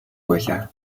байлаа